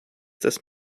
des